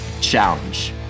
challenge